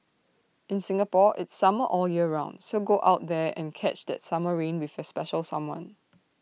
in Singapore it's summer all year round so go out there and catch that summer rain with special someone